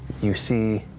you see